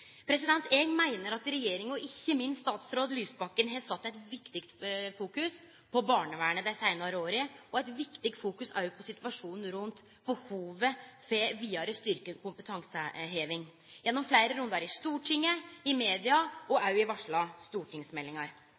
Eg meiner at regjeringa og ikkje minst statsråd Lysbakken har sett eit viktig fokus på barnevernet dei seinare åra, og eit viktig fokus òg på situasjonen rundt behovet for ei vidare styrking og kompetanseheving gjennom fleire rundar i Stortinget, i media og òg i varsla stortingsmeldingar.